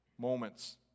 moments